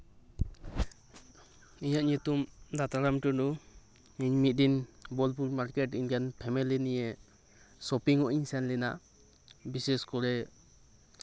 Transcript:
ᱤᱧᱟᱹᱜ ᱧᱩᱛᱩᱢ ᱫᱟᱛᱟᱨᱟᱢ ᱴᱩᱰᱩ ᱤᱧ ᱢᱤᱫ ᱫᱤᱱ ᱵᱳᱞᱯᱩᱨ ᱢᱟᱨᱠᱮᱴ ᱤᱧ ᱨᱮᱱ ᱯᱷᱮᱢᱤᱞᱤ ᱱᱤᱭᱮ ᱥᱚᱯᱤᱝᱚᱜ ᱤᱧ ᱥᱮᱱ ᱞᱮᱱᱟ ᱵᱤᱥᱮᱥ ᱠᱚᱨᱮ